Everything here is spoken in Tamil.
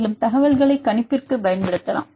மேலும் தகவல்களை கணிப்புக்கு பயன்படுத்தலாம்